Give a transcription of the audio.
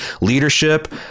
leadership